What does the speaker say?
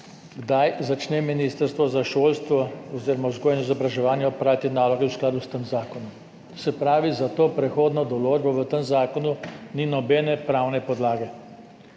kdaj začne Ministrstvo za vzgojo in izobraževanje opravljati naloge v skladu s tem zakonom. Se pravi, za to prehodno določbo v tem zakonu ni nobene pravne podlage,